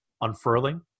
unfurling